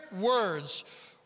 words